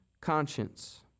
conscience